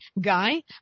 guy